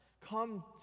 Come